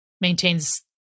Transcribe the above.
maintains